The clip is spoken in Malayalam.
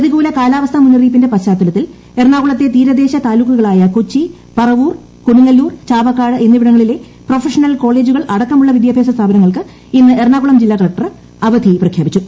പ്രതികൂല കാലാവസ്ഥ മുന്നറിയിപ്പിന്റെ പശ്ചാത്തലത്തിൽ എറണാകുളത്തെ തീരദേശ താലൂക്കുകളായ കൊച്ചി പറവൂർ കൊടുങ്ങല്ലൂർ ചാവക്കാട് എന്നിവിടങ്ങളിലെ പ്രൊഫഷണൽ കോളേജുകൾ അടക്കമുള്ള വിദ്യാഭ്യാസ സ്ഥാപനങ്ങൾക്ക് ഇന്ന് എറണാകുളം ജില്ലാ കളക്ടർ അവധി പ്രഖ്യാപിച്ചു